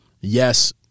yes